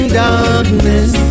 darkness